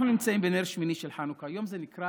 אנחנו נמצאים בנר שמיני של חנוכה, יום זה נקרא